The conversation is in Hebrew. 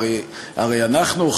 הרי אנחנו,